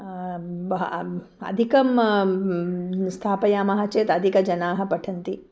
बह अधिकं स्थापयामः चेत् अधिकजनाः पठन्ति